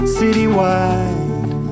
citywide